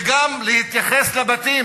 וגם להתייחס לבתים,